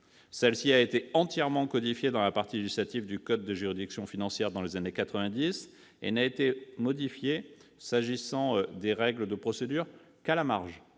Celle-ci a été entièrement codifiée dans la partie législative du code des juridictions financières dans les années quatre-vingt-dix et n'a été modifiée, s'agissant des règles de procédure, qu'à la marge